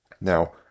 Now